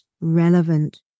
relevant